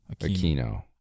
Aquino